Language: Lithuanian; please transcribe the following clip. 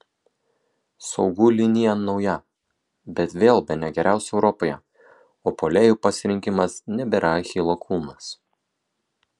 saugų linija nauja bet vėl bene geriausia europoje o puolėjų pasirinkimas nebėra achilo kulnas